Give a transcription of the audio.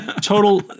total